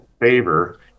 favor